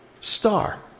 star